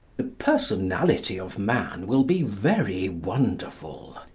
the personality of man will be very wonderful.